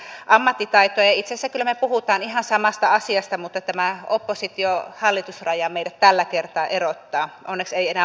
itse asiassa kyllä me puhumme ihan samasta asiasta mutta tämä oppositiohallitus raja meidät tällä kertaa erottaa onneksi ei enää maakuntaraja